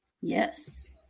Yes